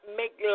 make